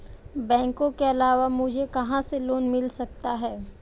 बैंकों के अलावा मुझे कहां से लोंन मिल सकता है?